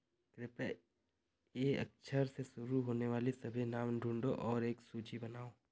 कृपया ए अक्षर से शुरू होने वाले सभी नाम ढूँढो और एक सूची बनाओ